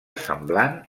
semblant